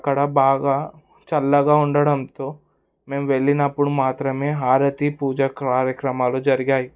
అక్కడ బాగా చల్లగా ఉండడంతో మేము వెళ్ళినప్పుడు మాత్రమే హారతి పూజ కార్యక్రమాలు జరిగాయి